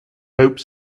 hope